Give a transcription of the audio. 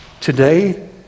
Today